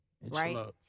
right